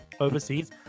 overseas